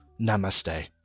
Namaste